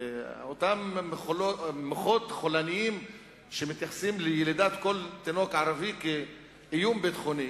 ואותם מוחות חולניים שמתייחסים ללידת כל תינוק ערבי כאיום ביטחוני